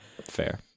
Fair